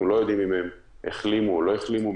לא יודעים אם הם החלימו או לא החלימו,